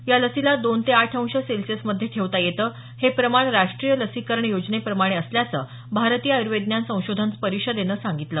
या लसीला दोन ते आठ अंश सेल्सिअसमध्ये ठेवता येतं हे प्रमाण राष्ट्रीय लसीकरण योजनेप्रमाणे असल्याचं भारतीय आयुर्विज्ञान संशोधन परिषदेनं सांगितलं